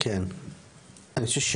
אני חושב,